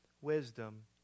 wisdom